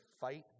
fight